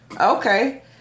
Okay